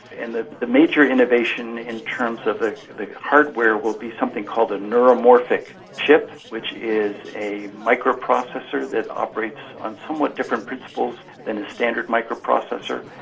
and the the major innovation in terms of the the hardware will be something called a neuromorphic chip which is a microprocessor that operates on somewhat different principles than a standard microprocessor.